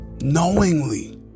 knowingly